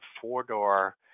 four-door